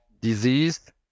disease